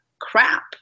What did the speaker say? crap